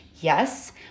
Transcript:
yes